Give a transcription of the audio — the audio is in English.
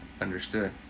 understood